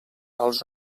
als